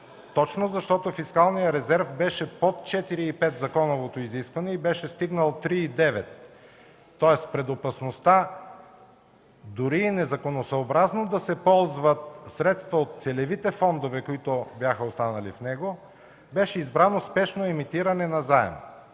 точно защото фискалният резерв беше под 4,5 – законовото изискване, и беше стигнал 3,9. Тоест пред опасността дори и незаконосъобразно да се ползват средства от целевите фондове, които бяха останали в него, беше избрано успешно емитиране на заем.